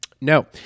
No